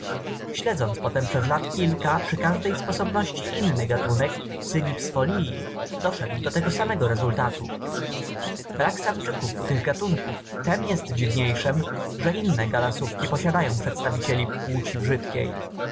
siedząc potem przez lat kilka przy każdej sposobności inny gatunek cynips folii doszedł do tego samego rezultatu brak samczyków u tych gatunków tem jest dziwniejszym że inne galasówki posiadają przedstawicieli płci brzydkiej